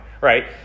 right